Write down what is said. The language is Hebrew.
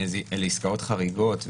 אלה עסקאות חריגות.